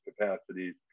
capacities